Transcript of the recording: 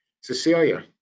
Cecilia